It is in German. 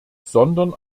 sondern